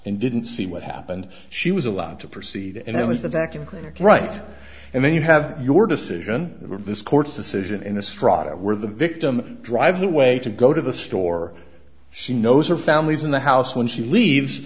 and didn't see what happened she was allowed to proceed and it was the vacuum cleaners right and then you have your decision of this court's decision in a straw where the victim drives away to go to the store she knows her family's in the house when she leaves